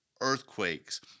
earthquakes